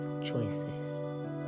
choices